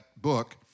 book